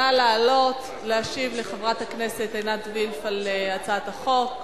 נא לעלות להשיב לחברת הכנסת עינת וילף על הצעת החוק.